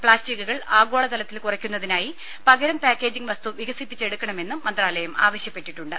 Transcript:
പ്ലാസ്റ്റിക്കുകൾ ആഗോളതലത്തിൽ കുറയ്ക്കുന്നതിനായി പകരം പാക്കേജിംഗ് വസ്തു വികസിപ്പിച്ചെടുക്കണമെന്നും മന്ത്രാലയം ആവശ്യപ്പെട്ടിട്ടുണ്ട്